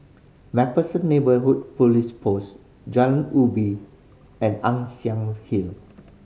Macpherson Neighbourhood Police Post Jalan Ubin and Ann Siang Hill